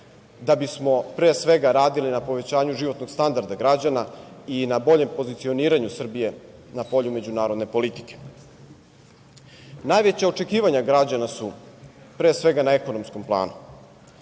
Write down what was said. da bismo pre svega radili na povećanju životnog standarda građana i na boljem pozicioniranju Srbije na polju međunarodne politike. Najveća očekivanja građana su pre svega na ekonomskom planu